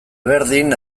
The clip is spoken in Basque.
berdin